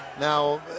now